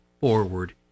forward